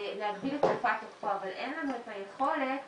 להגביל את תקופת תוקפו, אבל אין לנו את היכולת